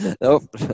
nope